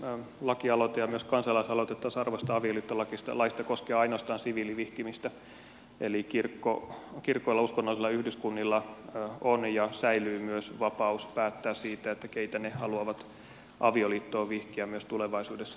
lakialoite ja myös kansalaisaloite tasa arvoisesta avioliittolaista koskee ainoastaan siviilivihkimistä eli kirkoilla ja uskonnollisilla yhdyskunnilla on ja säilyy myös vapaus päättää siitä keitä ne haluavat avioliittoon vihkiä myös tulevaisuudessa